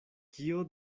kio